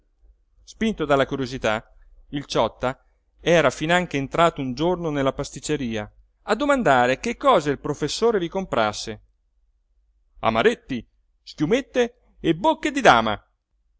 spinto dalla curiosità il ciotta era finanche entrato un giorno nella pasticceria a domandare che cosa il professore vi comperasse amaretti schiumette e bocche di dama